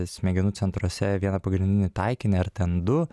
smegenų centruose vieną pagrindinį taikinį ar ten du